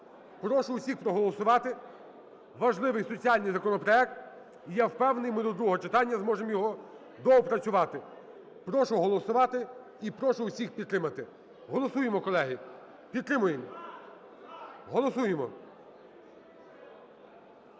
прошу всіх проголосувати важливий соціальний законопроект і, я впевнений, ми до другого читання зможемо його доопрацювати. Прошу голосувати і прошу всіх підтримати. Голосуємо, колеги, підтримуємо, голосуємо.